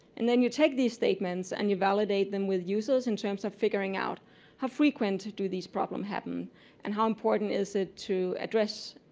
and then you take these statements statements and you validate them with users in terms of figuring out how frequently do these problems happen and how important is it to address